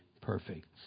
perfect